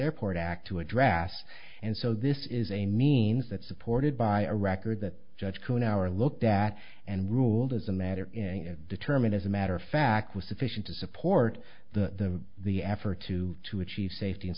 airport act to address and so this is a means that supported by a record that judge cohen our looked at and ruled as a matter in and determined as a matter of fact was sufficient to support the the effort to to achieve safety and